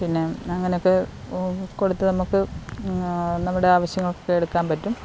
പിന്നെ അങ്ങനെ ഒക്കെ കൊടുത്ത് നമുക്ക് നമ്മുടെ ആവശ്യങ്ങൾക്കൊക്കെ എടുക്കാൻ പറ്റും